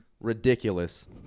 ridiculous